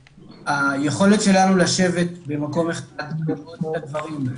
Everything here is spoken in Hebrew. היכולת שלנו לשבת במקום אחד ולראות את הדברים,